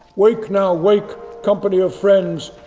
wake now wake, company of friends,